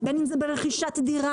בין אם זה ברכישת דירה,